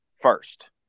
first